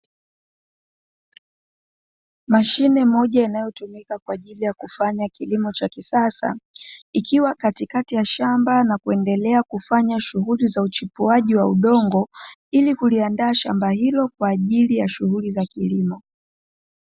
Mashine moja inayotumika kwa ajili ya kufanya kilimo cha kisasa, ikiwa katikati ya shamba na kuendelea kufanya shughuli za uchipuaji wa udongo ili kuliandaa shamba hilo kwaajili ya shughuli za kilimo.